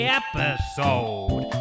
episode